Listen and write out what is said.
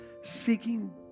seeking